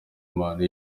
impano